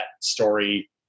story